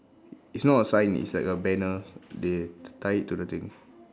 it's not a sign it's like a banner they tie it to the thing